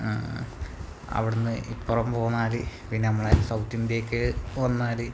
അവിടെനിന്ന് ഇപ്പുറം പോന്നാല് പിന്നെ നമ്മളെ സൗത്തിന്ത്യക്ക് പോന്നാല്